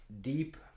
deep